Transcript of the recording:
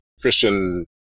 Christian